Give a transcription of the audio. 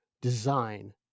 design